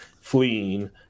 fleeing